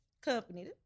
company